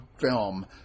film